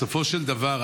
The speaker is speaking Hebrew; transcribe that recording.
בסופו של דבר,